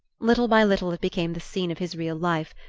little by little it became the scene of his real life,